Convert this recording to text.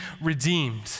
redeemed